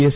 S